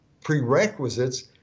prerequisites